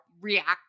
react